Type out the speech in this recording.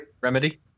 Remedy